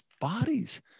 bodies